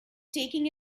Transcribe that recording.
taking